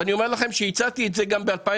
ואני אומר לכם שהצעתי את זה גם ב-2014,